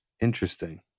interesting